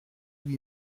lui